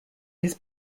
his